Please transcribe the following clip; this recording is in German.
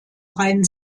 rhein